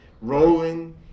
Rolling